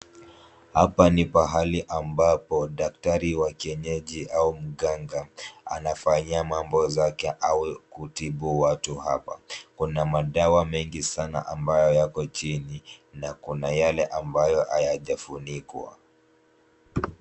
Hapa ni pahali ambapo daktari wa kienyeji au mganga anafanya mambo zake au kutibu watu hapa. Kuna madawa mengi sana ambayo yako chini na kuna yale ambayo hayajafunikwa.